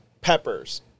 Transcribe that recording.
peppers